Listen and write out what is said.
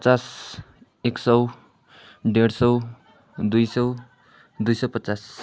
पचास एक सय डेढ सय दुई सय दुई सय पचास